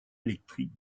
électrique